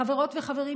חברות וחברים,